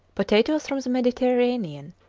potatoes from the mediterranean,